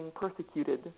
persecuted